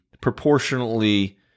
proportionally